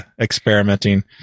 experimenting